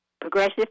progressive